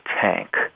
tank